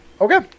Okay